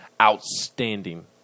outstanding